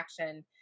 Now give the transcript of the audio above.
action